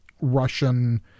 Russian